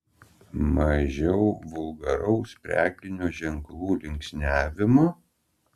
mažiau vulgaraus prekinių ženklų linksniavimo